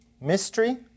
Mystery